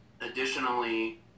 Additionally